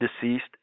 deceased